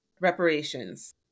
reparations